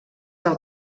del